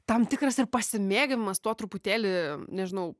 tam tikras ir pasimėgavimas tuo truputėlį nežinau